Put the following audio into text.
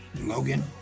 Logan